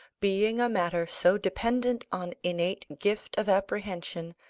being a matter so dependent on innate gift of apprehension,